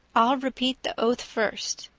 i'll repeat the oath first.